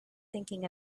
thinking